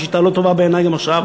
היא שיטה לא טובה בעיני גם עכשיו.